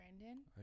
Brandon